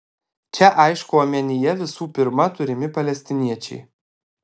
čia aišku omenyje visų pirma turimi palestiniečiai